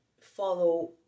follow